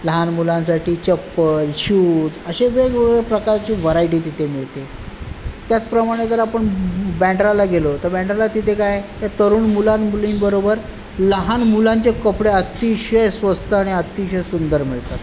लहान मुलांसाठी चप्पल शूज असे वेगवेगळ्या प्रकारची व्हरायटी तिथे मिळते त्याचप्रमाणे जर आपण ब बॅन्ड्राला गेलो तर बॅन्ड्राला तिथे काय तरुण मुलांमुलींबरोबर लहान मुलांचे कपडे अतिशय स्वस्त आणि अतिशय सुंदर मिळतात